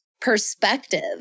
perspective